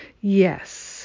Yes